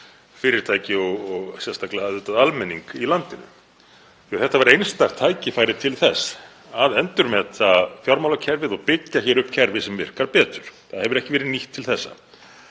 fyrirtæki og sérstaklega fyrir almenning í landinu. Þetta væri einstakt tækifæri til að endurmeta fjármálakerfið og byggja upp kerfi sem virkar betur, það hefur ekki verið nýtt til þess.